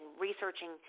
researching